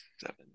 Seven